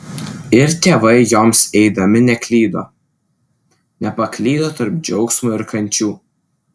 ir tėvai joms eidami neklydo nepaklydo tarp džiaugsmo ir kančių